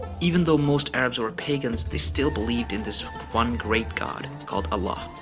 even though, most arabs were pagans, they still believed in this one great god called allah,